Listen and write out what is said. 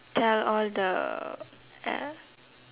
tell all the uh